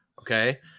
Okay